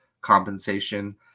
compensation